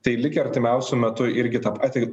tai likę artimiausiu metu irgi tą patį